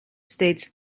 states